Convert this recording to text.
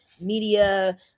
media